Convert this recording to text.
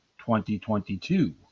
2022